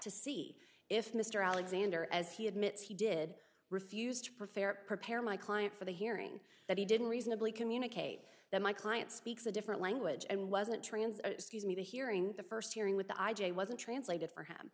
to see if mr alexander as he admits he did refuse to prepare prepare my client for the hearing that he didn't reasonably communicate that my client speaks a different language and wasn't trans scuse me the hearing the first hearing with the i j a wasn't translated for him